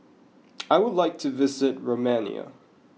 I would like to visit Romania